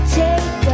take